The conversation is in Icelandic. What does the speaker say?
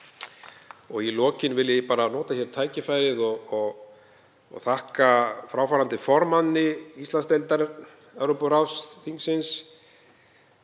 Í lokin vil ég nota tækifærið og þakka fráfarandi formanni Íslandsdeildar Evrópuráðsþingsins,